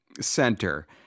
center